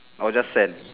or just sand